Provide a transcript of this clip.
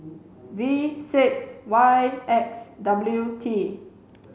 V six Y X W T